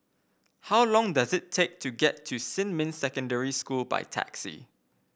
how long does it take to get to Xinmin Secondary School by taxi